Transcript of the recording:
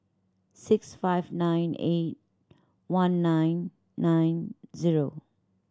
six five nine eight one nine nine zero